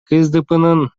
ксдпнын